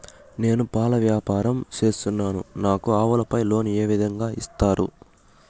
నేను పాల వ్యాపారం సేస్తున్నాను, నాకు ఆవులపై లోను ఏ విధంగా ఇస్తారు